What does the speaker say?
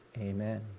Amen